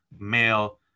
male